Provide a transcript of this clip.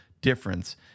difference